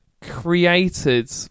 created